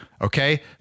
Okay